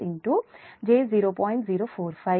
56 j 0